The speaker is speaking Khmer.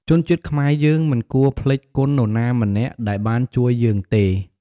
ជនជាតិខ្មែរយើងមិនគួរភ្លេចគុណនរណាម្នាក់ដែលបានជួយយើងទេ។